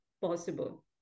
possible